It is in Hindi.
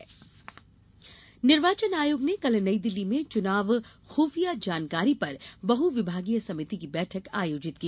निर्वाचन आयोग बैठक निर्वाचन आयोग ने कल नई दिल्ली में चुनाव खुफिया जानकारी पर बहु विभागीय समिति की बैठक आयोजित की